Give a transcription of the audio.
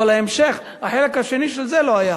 אבל ההמשך, החלק השני של זה, לא היה: